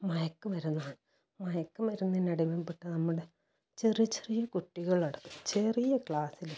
മയക്കുമരുന്നാണ് മയക്കുമരുന്നിനടിമപ്പെട്ട് നമ്മുടെ ചെറി ചെറിയ കുട്ടികളടക്കം ചെറിയ ക്ലാസ്സിലെ